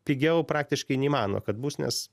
pigiau praktiškai neįmanoma kad bus nes